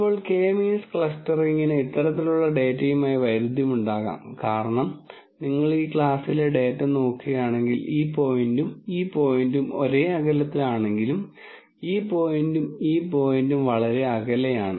ഇപ്പോൾ K means ക്ലസ്റ്ററിംഗിന് ഇത്തരത്തിലുള്ള ഡാറ്റയുമായി വൈരുദ്ധ്യമുണ്ടാകാം കാരണം നിങ്ങൾ ഈ ക്ലാസിലെ ഡാറ്റ നോക്കുകയാണെങ്കിൽ ഈ പോയിന്റും ഈ പോയിന്റും ഒരേ ക്ലാസിൽ ആണെങ്കിലും ഈ പോയിന്റും ഈ പോയിന്റും വളരെ അകലെയാണ്